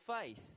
faith